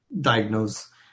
diagnose